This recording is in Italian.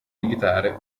militare